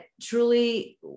truly